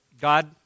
God